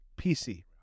PC